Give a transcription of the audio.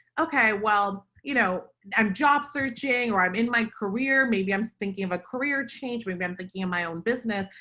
okay, well you know i'm job searching, or i'm in my career. maybe i'm thinking of a career change. we've been thinking in my own business.